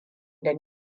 da